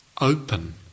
open